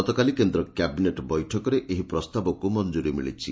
ଗତକାଲି କେନ୍ଦ୍ର କ୍ୟାବିନେଟ୍ ବୈଠକରେ ଏହି ପ୍ରସ୍ତାବକୁ ମଂଜୁରୀ ମିଳିଛି